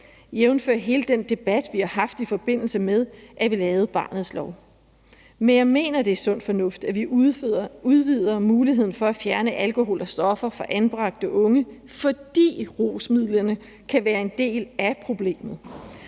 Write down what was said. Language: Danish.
jævnfør hele den debat, vi har haft, i forbindelse med at vi lavede barnets lov. Men jeg mener, det er sund fornuft, at vi udvider muligheden for at fjerne alkohol og stoffer fra anbragte unge, fordi rusmidlerne kan være en del af problemet,